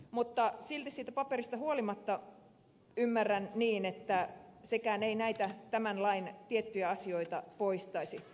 mutta silti ymmärrän niin että sekään paperi ei näitä tämän lain tiettyjä asioita poistaisi